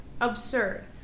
Absurd